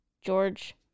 George